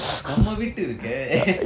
நம்ம வீட்டு இருக்கே:namma vittu irukkae